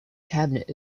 cabinet